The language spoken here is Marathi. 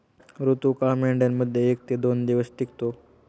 ऋतुकाळ मेंढ्यांमध्ये एक ते दोन दिवस टिकतो